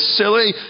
silly